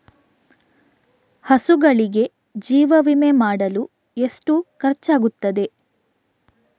ಹಸುಗಳಿಗೆ ಜೀವ ವಿಮೆ ಮಾಡಲು ಎಷ್ಟು ಖರ್ಚಾಗುತ್ತದೆ?